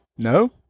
No